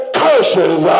curses